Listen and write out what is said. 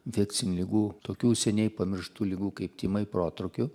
infekcinių ligų tokių seniai pamirštų ligų kaip tymai protrūkiu